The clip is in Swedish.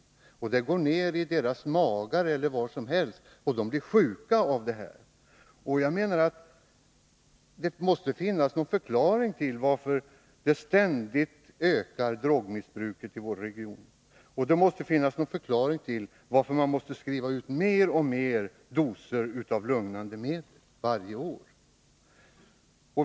Problemen ger symtom i deras magar eller var som helst; de blir sjuka av det här. Det måste finnas någon förklaring till att drogmissbruket ständigt ökar i vår region. Det måste finnas en förklaring till varför det varje år skrivs ut fler och fler doser lugnande medel.